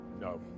No